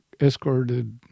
escorted